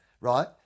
Right